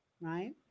right